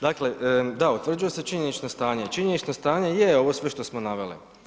Dakle, da utvrđuje se činjenično stanje, činjenično stanje je ovo sve što smo naveli.